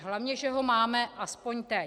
Hlavně že ho máme aspoň teď.